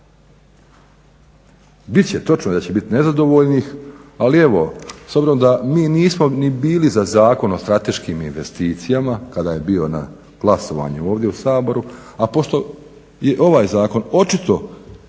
će, točno da će biti nezadovoljnih, ali evo s obzirom da mi nismo ni bili za Zakon o strateškim investicijama kada je bio na glasovanju ovdje u Saboru, a pošto je ovaj Zakon očito